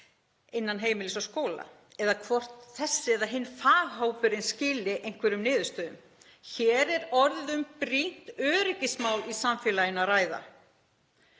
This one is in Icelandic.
innan heimilis og skóla eða hvort þessi eða hinn faghópurinn skili einhverjum niðurstöðum. Hér er orðið um brýnt öryggismál í samfélaginu að ræða,